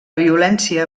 violència